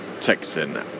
Texan